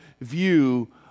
view